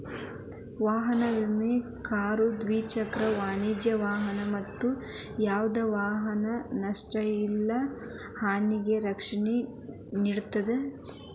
ವಾಹನ ವಿಮೆ ಕಾರು ದ್ವಿಚಕ್ರ ವಾಹನ ವಾಣಿಜ್ಯ ವಾಹನ ಮತ್ತ ಯಾವ್ದ ವಾಹನದ ನಷ್ಟ ಇಲ್ಲಾ ಹಾನಿಗೆ ರಕ್ಷಣೆ ನೇಡುತ್ತದೆ